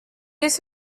use